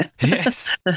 yes